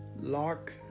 Lock